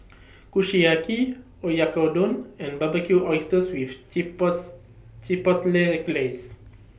Kushiyaki Oyakodon and Barbecued Oysters with Chipotle Glaze